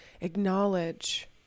acknowledge